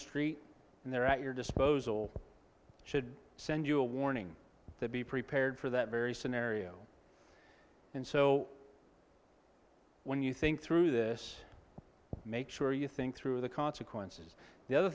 street and they're at your disposal should send you a warning to be prepared for that very scenario and so when you think through this make sure you think through the consequences the other